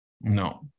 No